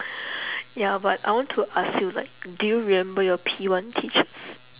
ya but I want ask you like do you remember your P one teachers